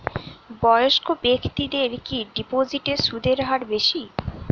বয়স্ক ব্যেক্তিদের কি ডিপোজিটে সুদের হার বেশি?